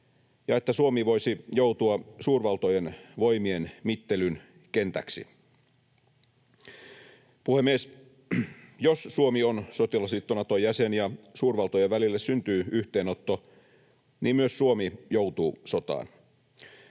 ja että Suomi voisi joutua suurvaltojen voimienmittelyn kentäksi. Puhemies! Jos Suomi on sotilasliitto Naton jäsen ja suurvaltojen välille syntyy yhteenotto, niin myös Suomi joutuu sotaan.